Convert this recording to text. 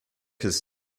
his